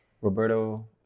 roberto